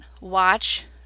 watch